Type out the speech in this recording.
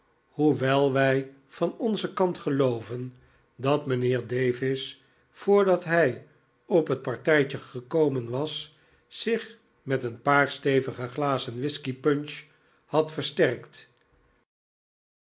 hoewel wij van onzen kant gelooven dat mijnheer davis voordat hij op het partytje gekomen was zich met een paar stevige glazen whiskey punch had versterkt